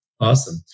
Awesome